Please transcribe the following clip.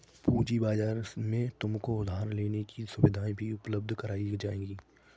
पूँजी बाजार में तुमको उधार लेने की सुविधाएं भी उपलब्ध कराई जाएंगी